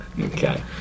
Okay